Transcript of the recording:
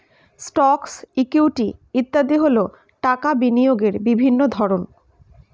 stocks, equity ইত্যাদি হল টাকা বিনিয়োগের বিভিন্ন ধরন